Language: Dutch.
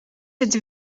het